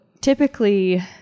typically